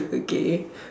okay